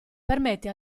permette